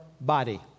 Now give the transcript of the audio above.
body